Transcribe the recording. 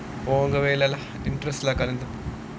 போகவே இல்ல:pogavae illa lah interest இல்ல கலந்துக்க:illa kalanthuka